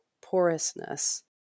porousness